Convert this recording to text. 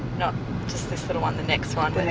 not one, the next one, but